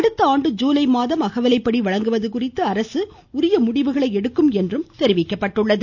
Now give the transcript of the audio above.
அடுத்தாண்டு ஜீலை மாதம் அகவிலைப்படி வழங்குவது குறித்து அரசு உரிய முடிவு எடுக்கும் என்றும் தெரிவிக்கப்பட்டுள்ளது